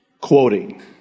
Quoting